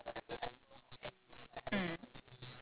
uh recollection of how the characters look like